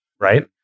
right